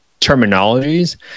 terminologies